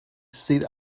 sydd